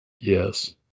Yes